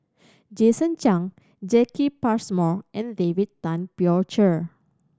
Jason Chan Jacki Passmore and David Tay Poey Cher